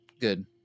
Good